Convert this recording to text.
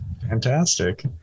fantastic